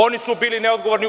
Oni su bili neodgovorni.